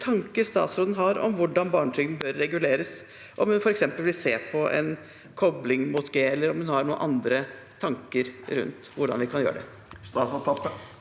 hvilke tanker statsråden har om hvordan barnetrygden bør reguleres, om hun f.eks. vil se på en kobling mot G, eller om hun har noen andre tanker rundt hvordan vi kan gjøre det.